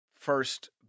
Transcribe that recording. first